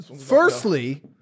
firstly